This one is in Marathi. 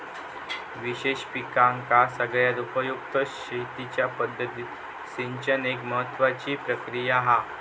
विशेष पिकांका सगळ्यात उपयुक्त शेतीच्या पद्धतीत सिंचन एक महत्त्वाची प्रक्रिया हा